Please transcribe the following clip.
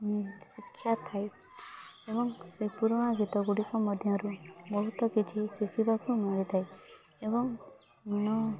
ଶିକ୍ଷାଥାଏ ଏବଂ ସେ ପୁରୁଣା ଗୀତଗୁଡ଼ିକ ମଧ୍ୟରୁ ବହୁତ କିଛି ଶିଖିବାକୁ ମିଳିଥାଏ ଏବଂ